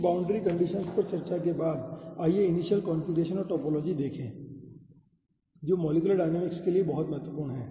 इन boundary conditions पर चर्चा करने के बाद आइए इनिशियल कॉन्फ़िगरेशन और टोपोलॉजी देखें जो मॉलिक्यूलर डायनामिक्स के लिए भी बहुत महत्वपूर्ण है